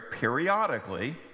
periodically